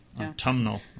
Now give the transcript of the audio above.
Autumnal